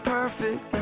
perfect